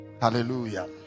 hallelujah